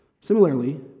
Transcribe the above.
Similarly